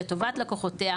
לטובת לקוחותיה,